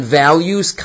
values